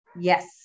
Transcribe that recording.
Yes